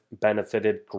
benefited